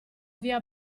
via